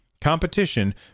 competition